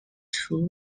two